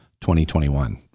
2021